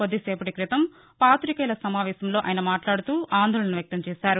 కొద్దినేపటి క్రితం పాతికేయుల సమావేశంలో ఆయన మాట్లాడుతూ ఆందోళన వ్యక్తంచేశారు